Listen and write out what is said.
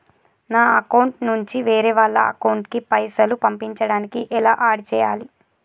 నా అకౌంట్ నుంచి వేరే వాళ్ల అకౌంట్ కి పైసలు పంపించడానికి ఎలా ఆడ్ చేయాలి?